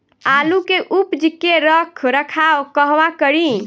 आलू के उपज के रख रखाव कहवा करी?